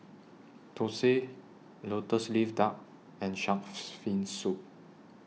Thosai Lotus Leaf Duck and Shark's Fin Soup